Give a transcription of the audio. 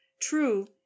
True